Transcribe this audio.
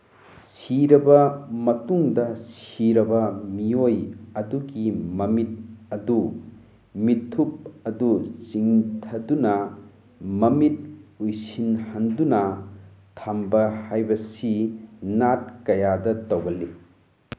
ꯁꯤꯔꯕ ꯃꯇꯨꯡꯗ ꯁꯤꯔꯕ ꯃꯤꯑꯣꯏ ꯑꯗꯨꯒꯤ ꯃꯃꯤꯠ ꯑꯗꯨ ꯃꯤꯊꯨꯞ ꯑꯗꯨ ꯆꯤꯡꯊꯗꯨꯅ ꯃꯃꯤꯠ ꯎꯏꯁꯤꯟꯍꯟꯗꯨꯅ ꯊꯝꯕ ꯍꯥꯏꯕꯁꯤ ꯅꯥꯠ ꯀꯌꯥꯗ ꯇꯧꯒꯜꯂꯤ